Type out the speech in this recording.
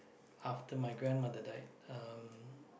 after my grandmother died um